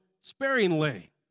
sparingly